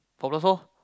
four plus four